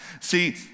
See